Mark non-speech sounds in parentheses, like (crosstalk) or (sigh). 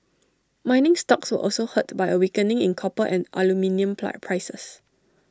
mining stocks were also hurt by A weakening in copper and aluminium (unintelligible) prices